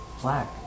black